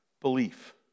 belief